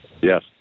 Yes